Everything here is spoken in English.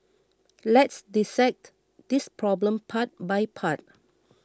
let's dissect this problem part by part